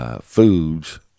foods